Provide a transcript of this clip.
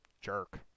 jerk